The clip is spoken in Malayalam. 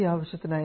ഈ ആവശ്യത്തിനായി